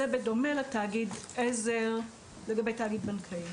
זה בדומה לתאגיד עזר לגבי תאגיד בנקאי.